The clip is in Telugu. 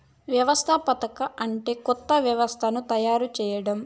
వ్యవస్థాపకత అంటే కొత్త వ్యవస్థను తయారు చేయడం